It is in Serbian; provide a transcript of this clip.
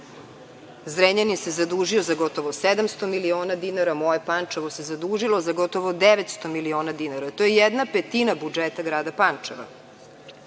Zrenjanin se zadužio za gotovo 700 miliona dinara, moje Pančevo se zadužilo za gotovo 900 miliona dinara. To je jedna petina budžeta grada Pančeva. Ti